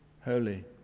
holy